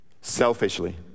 selfishly